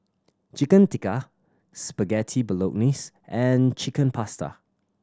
Chicken Tikka Spaghetti Bolognese and Chicken Pasta